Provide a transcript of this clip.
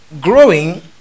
growing